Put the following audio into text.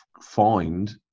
find